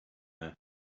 there